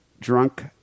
Drunk